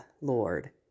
Lord